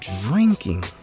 drinking